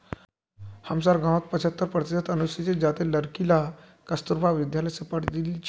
हमसार गांउत पछहत्तर प्रतिशत अनुसूचित जातीर लड़कि ला कस्तूरबा विद्यालय स पढ़ील छेक